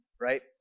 right